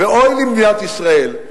ואוי למדינת ישראל.